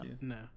No